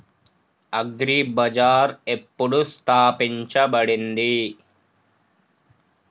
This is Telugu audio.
అగ్రి బజార్ ఎప్పుడు స్థాపించబడింది?